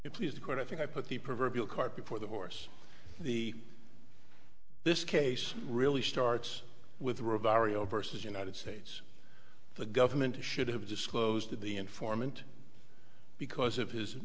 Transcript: court i think i put the proverbial cart before the horse the this case really starts with rivera o versus united states the government should have disclosed to the informant because of his